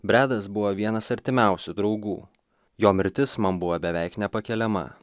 bredas buvo vienas artimiausių draugų jo mirtis man buvo beveik nepakeliama